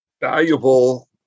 valuable